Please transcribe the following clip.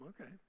Okay